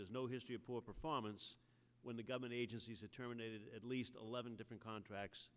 there's no history of poor performance when the government agencies terminated at least eleven different contracts